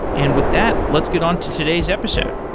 and with that, let's get on to today's episode.